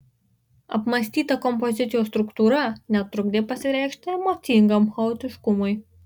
apmąstyta kompozicijos struktūra netrukdė pasireikšti emocingam chaotiškumui